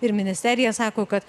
ir ministerija sako kad